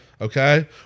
Okay